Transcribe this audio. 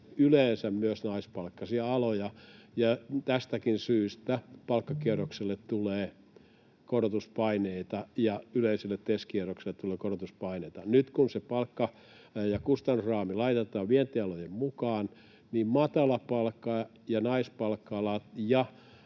yleensä naisvaltaisia aloja. Tästäkin syystä palkkakierrokselle tulee korotuspaineita ja yleiselle TES-kierrokselle tulee korotuspaineita. Nyt, kun se palkka- ja kustannusraami laitetaan vientialojen mukaan, matalapalkka- ja naispalkka-alat